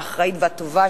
האחראית והטובה,